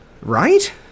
right